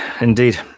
indeed